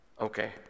Okay